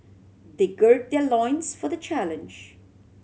they gird their loins for the challenge